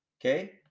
Okay